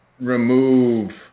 remove